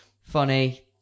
Funny